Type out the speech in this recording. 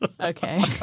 Okay